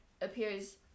appears